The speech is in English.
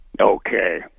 Okay